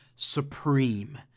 supreme